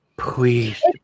please